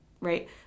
right